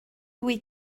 wyt